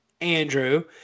Andrew